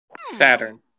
Saturn